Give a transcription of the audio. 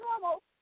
normal